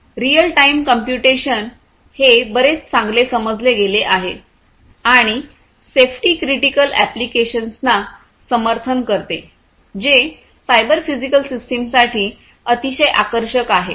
real time computation हे बरेच चांगले समजले गेले आहे आणि सेफ्टी क्रिटिकल एप्लिकेशन्सना समर्थन करते जे सायबर फिजिकल सिस्टमसाठी अतिशय आकर्षक आहे